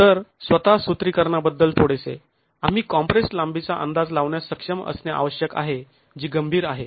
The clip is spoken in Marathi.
तर स्वतः सूत्रीकरणाबद्दल थोडेसे आम्ही कॉम्प्रेस्ड् लांबीचा अंदाज लावण्यास सक्षम असणे आवश्यक आहे जी गंभीर आहे